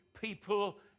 people